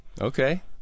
okay